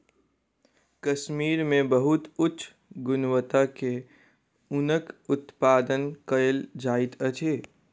कश्मीर मे बहुत उच्च गुणवत्ता के ऊनक उत्पादन कयल जाइत अछि